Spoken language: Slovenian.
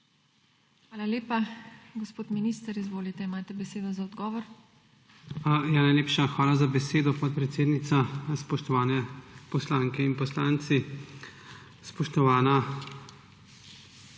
Hvala lepa. Gospod minister, izvolite, imate besedo za odgovor. JANEZ POKLUKAR: Najlepša hvala za besedo, podpredsednica. Spoštovani poslanke in poslanci! Spoštovana